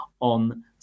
on